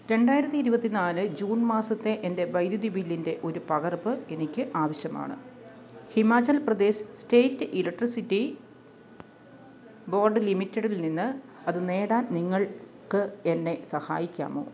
രണ്ടായിരത്തി ഇരുപത്തി നാല് ജൂൺ മാസത്തെ എൻ്റെ വൈദ്യുതി ബില്ലിൻ്റെ ഒരു പകർപ്പ് എനിക്ക് ആവശ്യമാണ് Himachal Pradesh state electricity board ലിമിറ്റഡിൽനിന്ന് അത് നേടാൻ നിങ്ങൾക്ക് എന്നെ സഹായിക്കാമോ